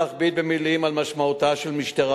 אין להכביר מלים על משמעותה של משטרה